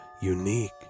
Unique